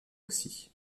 aussi